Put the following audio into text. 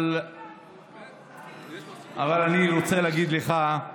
אבל אני רוצה להגיד לך,